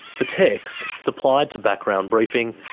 the text, supplied to background briefing,